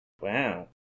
Wow